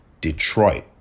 Detroit